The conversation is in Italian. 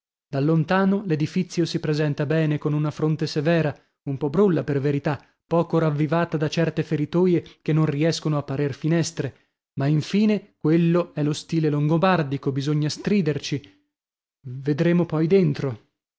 da lontano l'edifizio si presenta bene con una fronte severa un po brulla per verità poco ravvivata da certe feritoie che non riescono a parer finestre ma infine quello è lo stile longobardico bisogna striderci vedremo poi dentro